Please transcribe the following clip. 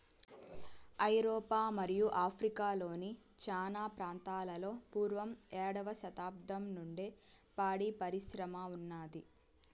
ఐరోపా మరియు ఆఫ్రికా లోని చానా ప్రాంతాలలో పూర్వం ఏడవ శతాబ్దం నుండే పాడి పరిశ్రమ ఉన్నాది